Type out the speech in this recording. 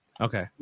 Okay